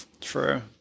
True